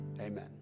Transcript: Amen